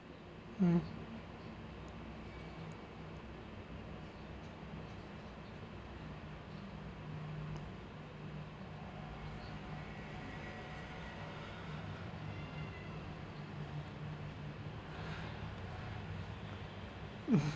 um